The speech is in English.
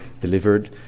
delivered